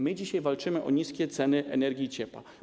My dzisiaj walczymy o niskie ceny energii i ciepła.